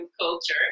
culture